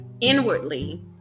inwardly